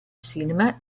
cinema